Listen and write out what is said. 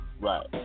Right